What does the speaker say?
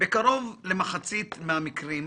בקרוב למחצית מהמקרים,